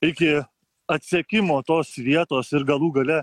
iki atsekimo tos vietos ir galų gale